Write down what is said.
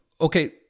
Okay